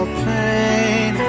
pain